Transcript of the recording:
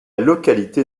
localité